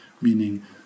meaning